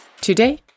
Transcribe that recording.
Today